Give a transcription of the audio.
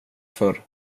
förr